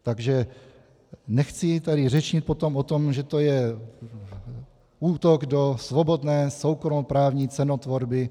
Takže nechci tady řečnit potom o tom, že to je útok do svobodné soukromoprávní cenotvorby.